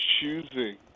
choosing